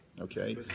okay